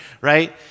Right